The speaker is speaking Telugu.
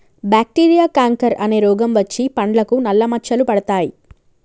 బాక్టీరియా కాంకర్ అనే రోగం వచ్చి పండ్లకు నల్ల మచ్చలు పడతాయి